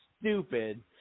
stupid